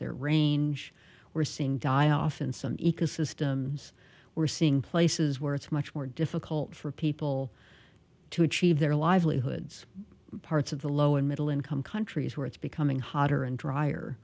their range we're seeing die off in some ecosystems we're seeing places where it's much more difficult for people to achieve their livelihoods parts of the low and middle income countries where it's becoming hotter and drier